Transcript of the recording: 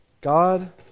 God